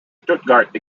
stuttgart